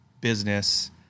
business